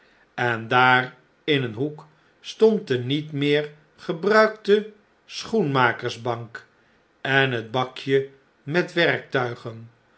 en daar in een hoek stond de niet meer gebruikte schoenmakersbank en het bakje met werktuigen